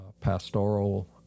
pastoral